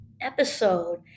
episode